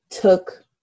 took